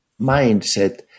mindset